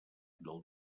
del